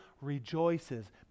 rejoices